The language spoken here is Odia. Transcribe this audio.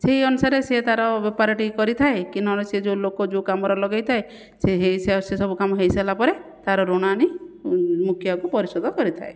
ସେହି ଅନୁସାରେ ସିଏ ତାହାର ବେପାରଟି କରିଥାଏ କି ନହେଲେ ସିଏ ଯେଉଁ ଲୋକ ଯେଉଁ କାମରେ ଲଗେଇଥାଏ ସେ ସବୁ କାମ ହୋଇସାରିଲା ପରେ ତାର ଋଣ ଆଣି ମୁଖିଆକୁ ପରିଶୋଧ କରିଥାଏ